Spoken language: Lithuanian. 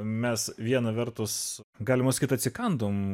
mes viena vertus galima sakyti atsikandome